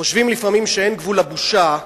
חושבים לפעמים שאין גבול לבושה,